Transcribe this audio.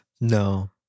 No